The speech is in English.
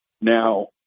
now